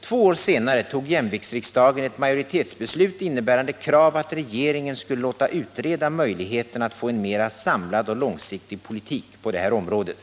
Två år senare tog jämviktsriksdagen ett majoritetsbeslut innebärande krav, att regeringen skulle låta utreda möjligheten att få en mera samlad och långsiktig politik på det här området.